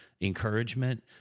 encouragement